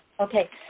Okay